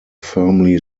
firmly